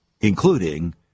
including